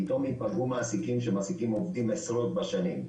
פתאום יפגעו מעסקים שמעסקים עובדים עשרות שנים.